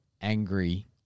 angry